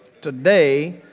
today